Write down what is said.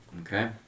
Okay